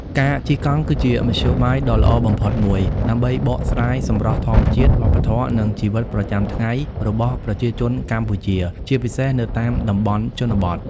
ការជិះកង់គឺជាមធ្យោបាយដ៏ល្អបំផុតមួយដើម្បីបកស្រាយសម្រស់ធម្មជាតិ វប្បធម៌ និងជីវិតប្រចាំថ្ងៃរបស់ប្រជាជនកម្ពុជា ជាពិសេសនៅតាមតំបន់ជនបទ។